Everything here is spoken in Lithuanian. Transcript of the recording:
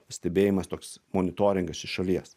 stebėjimas toks monitoringas iš šalies